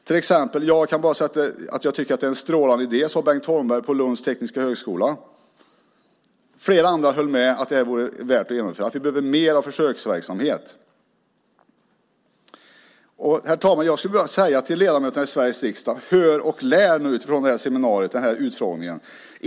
Till exempel sade Bengt Holmberg på Lunds tekniska högskola: "Jag kan bara säga att jag tycker att det är en strålande idé." Flera andra höll med om att det vore värt att genomföra och att vi behöver mer av försöksverksamhet. Herr talman! Jag skulle bara vilja säga till ledamöterna i Sveriges riksdag: Hör och lär av utfrågningen!